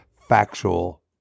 factual